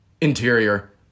Interior